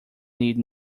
need